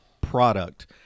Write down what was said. product